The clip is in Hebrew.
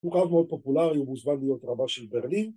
מוכר מאוד פופולרי, הוא מוזמן להיות רבה של ברלין